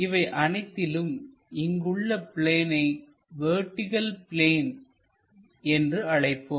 இவை அனைத்திலும் இங்குள்ள பிளேனை வெர்டிகள் பிளேன் என்று அழைப்போம்